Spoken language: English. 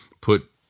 put